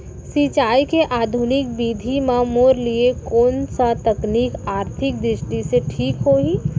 सिंचाई के आधुनिक विधि म मोर लिए कोन स तकनीक आर्थिक दृष्टि से ठीक होही?